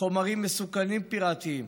חומרים מסוכנים פיראטיים,